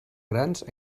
grans